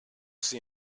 see